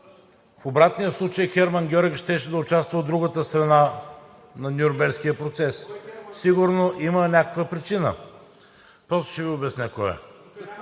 В обратния случай Херман Гьоринг щеше да участва от другата страна на Нюрнбергския процес. Сигурно има някаква причина? ТОМА БИКОВ (ГЕРБ-СДС, от